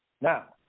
Now